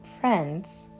friends